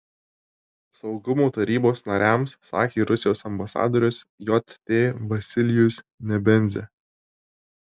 saugumo tarybos nariams sakė rusijos ambasadorius jt vasilijus nebenzia